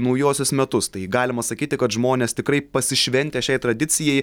naujuosius metus tai galima sakyti kad žmonės tikrai pasišventę šiai tradicijai